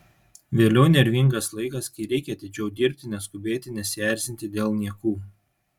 vėliau nervingas laikas kai reikia atidžiau dirbti neskubėti nesierzinti dėl niekų